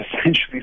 essentially